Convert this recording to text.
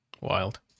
Wild